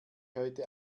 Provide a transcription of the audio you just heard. heute